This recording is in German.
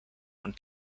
und